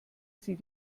sie